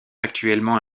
actuellement